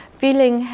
feeling